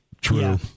True